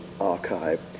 Archive